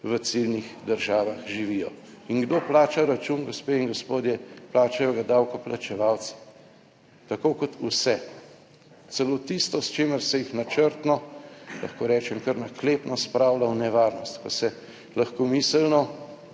v ciljnih državah živijo. Kdo plača račun, gospe in gospodje? Plačajo ga davkoplačevalci tako kot vse. Celo tisto, s čimer se jih načrtno lahko rečem kar naklepno spravlja v nevarnost, ko se lahkomiselno